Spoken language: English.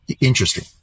interesting